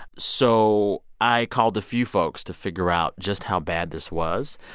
so i called a few folks to figure out just how bad this was.